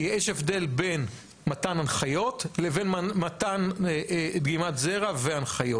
יש הבדל בין מתן הנחיות לבין מתן דגימת זרע והנחיות.